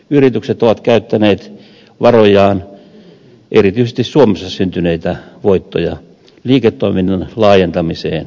yritykset ovat käyttäneet varojaan erityisesti suomessa syntyneitä voittoja liiketoiminnan laajentamiseen ulkomailla